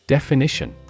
Definition